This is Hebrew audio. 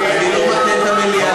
אני לא מטעה את המליאה.